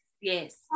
Yes